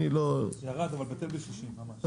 ירד, אבל בטל בשישים ממש.